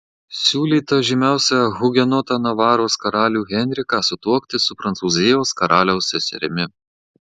siūlyta žymiausią hugenotą navaros karalių henriką sutuokti su prancūzijos karaliaus seserimi